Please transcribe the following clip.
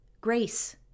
grace